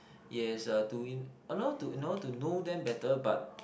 yes is a doing in order in order to know them better but